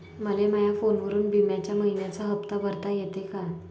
मले माया फोनवरून बिम्याचा मइन्याचा हप्ता भरता येते का?